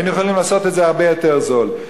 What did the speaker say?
היינו יכולים לעשות את זה הרבה יותר זול.